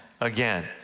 again